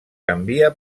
canvia